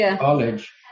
College